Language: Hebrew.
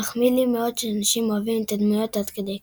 "מחמיא לי מאוד שאנשים אוהבים את הדמויות עד כדי כך".